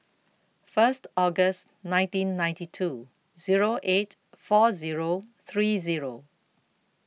First August nineteen ninety two Zero eight four Zero three Zero